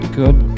good